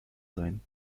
sein